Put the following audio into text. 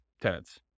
tenants